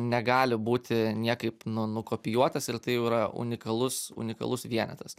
negali būti niekaip nu nukopijuotas ir tai jau yra unikalus unikalus vienetas